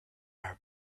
are